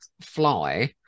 Fly